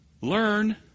Learn